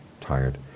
tired